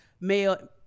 male